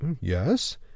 Yes